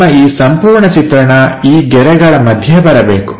ನಿಮ್ಮ ಈ ಸಂಪೂರ್ಣ ಚಿತ್ರಣ ಈ ಗೆರೆಗಳ ಮಧ್ಯೆ ಬರಬೇಕು